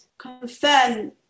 Confirm